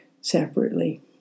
separately